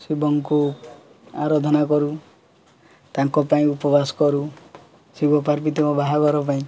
ଶିବଙ୍କୁ ଆରାଧନା କରୁ ତାଙ୍କ ପାଇଁ ଉପବାସ କରୁ ଶିବ ପାର୍ବତୀଙ୍କ ବାହାଘର ପାଇଁ